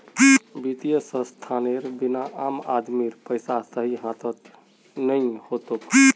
वित्तीय संस्थानेर बिना आम आदमीर पैसा सही हाथत नइ ह तोक